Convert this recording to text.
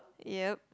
ya